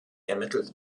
ermittelt